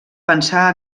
pensar